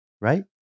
right